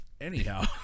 Anyhow